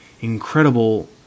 incredible